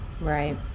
Right